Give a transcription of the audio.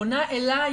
פונה אלי,